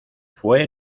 fue